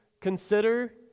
consider